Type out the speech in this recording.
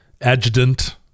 adjutant